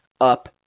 up